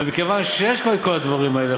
אבל מכיוון שיש כבר את כל הדברים האלה,